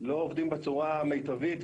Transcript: לא עובדים בצורה המיטבית,